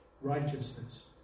righteousness